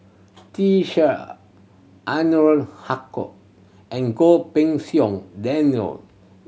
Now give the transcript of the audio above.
Ser Haque and Goh Pei Siong Daniel